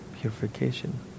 purification